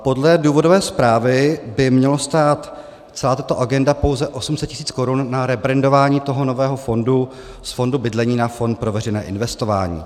Podle důvodové zprávy by měla stát celá tato agenda pouze 800 tisíc korun na rebrandování nového fondu z fondu bydlení na fond pro veřejné investování.